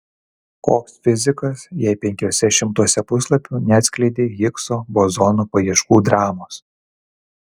koks fizikas jei penkiuose šimtuose puslapių neatskleidei higso bozono paieškų dramos